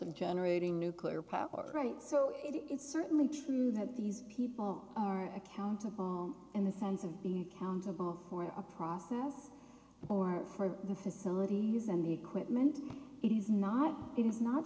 of generating nuclear power right so it's certainly true that these people are accountable in the sense of being accountable for a process or for the facilities and the equipment is not it is not